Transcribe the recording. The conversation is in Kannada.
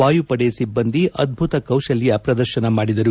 ವಾಯುಪಡೆ ಸಿಬ್ಬಂದಿ ಅದ್ದುಕ ಕೌಶಲ್ಕ ಪ್ರದರ್ಶನ ಮಾಡಿದರು